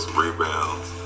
rebounds